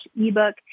ebook